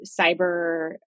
cyber